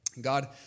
God